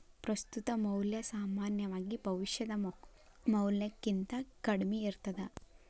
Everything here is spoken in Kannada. ಪ್ರಸ್ತುತ ಮೌಲ್ಯ ಸಾಮಾನ್ಯವಾಗಿ ಭವಿಷ್ಯದ ಮೌಲ್ಯಕ್ಕಿಂತ ಕಡ್ಮಿ ಇರ್ತದ